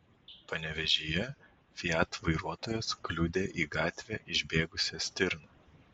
panevėžyje fiat vairuotojas kliudė į gatvę išbėgusią stirną